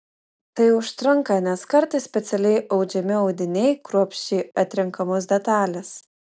tai užtrunka nes kartais specialiai audžiami audiniai kruopščiai atrenkamos detalės